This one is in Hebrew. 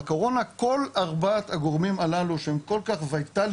בקורונה כל ארבעת הגורמים הללו שהם כל כך ויטלים